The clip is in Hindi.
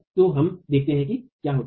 तो हम देखते हैं कि क्या होता है